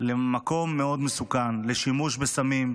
למקום מאוד מסוכן, לשימוש בסמים,